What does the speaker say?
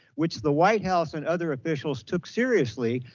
which the white house and other officials took seriously,